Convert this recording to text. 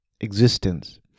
existence